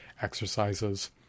exercises